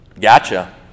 gotcha